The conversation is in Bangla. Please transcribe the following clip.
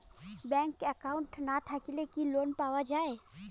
ব্যাংক একাউন্ট না থাকিলে কি লোন পাওয়া য়ায়?